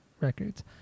records